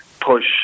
push